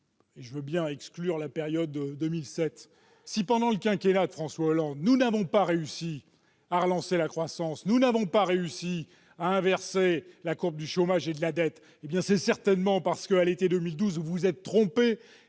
je veux bien exclure la période 2007 -, si, pendant le quinquennat de François Hollande, nous n'avons pas réussi à relancer la croissance ni à inverser la courbe du chômage et de la dette, c'est certainement parce que, à l'été 2012, vous vous êtes trompés